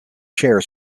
share